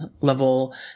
level